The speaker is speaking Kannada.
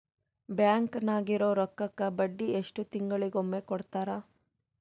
ಬ್ಯಾಂಕ್ ನಾಗಿರೋ ರೊಕ್ಕಕ್ಕ ಬಡ್ಡಿ ಎಷ್ಟು ತಿಂಗಳಿಗೊಮ್ಮೆ ಕೊಡ್ತಾರ?